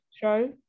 show